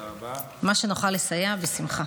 מה שנוכל לסייע, בשמחה.